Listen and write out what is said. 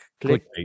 click